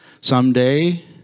Someday